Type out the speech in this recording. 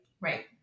Right